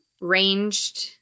ranged